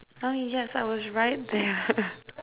!huh! yes I was right there